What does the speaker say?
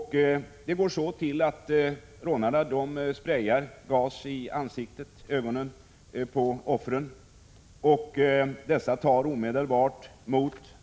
Dessa rån med hjälp av fängsel går till på följande sätt: Rånarna sprejar gas mot ansiktet, i ögonen, på offren. Offren försöker då skydda